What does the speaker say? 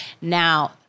Now